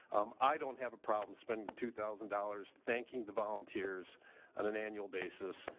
um, i don't have a problem spending the two thousand dollars thanking the volunteers on an annual basis,